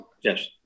Yes